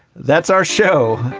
that's our show.